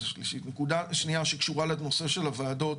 השלישית הנקודה השנייה שקשורה לנושא של הוועדות,